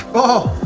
oh.